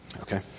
Okay